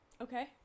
Okay